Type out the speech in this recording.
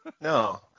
No